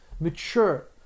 mature